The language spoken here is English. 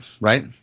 right